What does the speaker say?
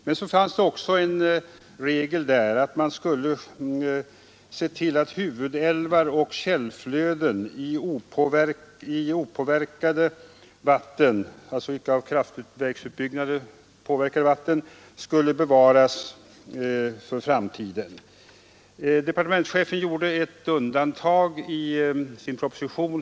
Men så fanns det också en regel att man skulle se till att huvudälvar och källflöden i av kraftverksutbyggnader opåverkade vatten skulle bevaras för framtiden Departementschefen gjorde ett undantag i sin proposition.